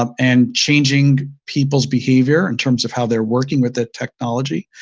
um and changing people's behavior in terms of how they're working with a technology,